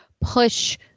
push